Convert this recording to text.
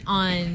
on